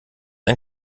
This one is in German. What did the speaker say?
ein